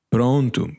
Pronto